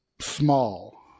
small